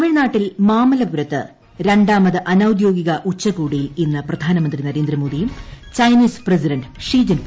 തമിഴ്നാട്ടിൽ മാമല്ലപുരത്ത് രണ്ടാമത് അനൌദ്യോഗിക ഉച്ചകോടിയിൽ ഇന്ന് പ്രധാനമന്ത്രി നരേന്ദ്രമോദിയും ചൈനീസ് പ്രസിഡന്റ് ഷീ ജിൻപിങും പങ്കെടുക്കും